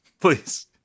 Please